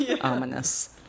ominous